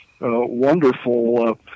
wonderful